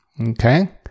okay